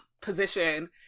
position